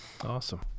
Awesome